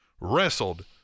wrestled